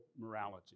morality